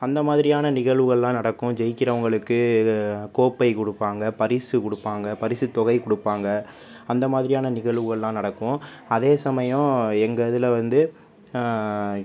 அந்த மாதிரியான நிகழ்வுகள்லாம் நடக்கும் ஜெயிக்கிறவர்களுக்கு கோப்பை கொடுப்பாங்க பரிசு கொடுப்பாங்க பரிசு தொகை கொடுப்பாங்க அந்த மாதிரியான நிகழ்வுகள்லாம் நடக்கும் அதே சமயம் எங்க இதில் வந்து